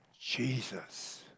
Jesus